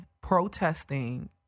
protesting